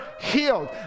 healed